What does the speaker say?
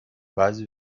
بعضی